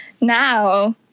Now